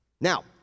Now